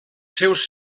seus